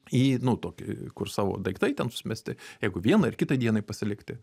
į nu tokį kur savo daiktai ten sumesti jeigu vienai ar kitai dienai pasilikti